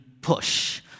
push